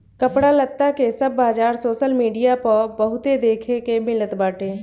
कपड़ा लत्ता के सब बाजार सोशल मीडिया पअ बहुते देखे के मिलत बाटे